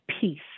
peace